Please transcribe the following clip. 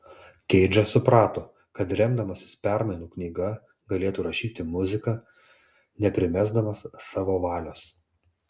keidžas suprato kad remdamasis permainų knyga galėtų rašyti muziką neprimesdamas savo valios